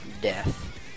Death